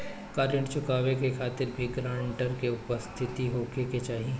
का ऋण चुकावे के खातिर भी ग्रानटर के उपस्थित होखे के चाही?